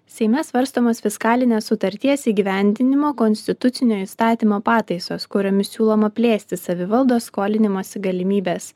seime svarstomos fiskalinės sutarties įgyvendinimo konstitucinio įstatymo pataisos kuriomis siūloma plėsti savivaldos skolinimosi galimybes